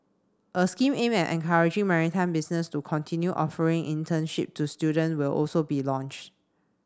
a scheme aimed at encouraging maritime business to continue offering internship to student will also be launched